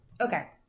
Okay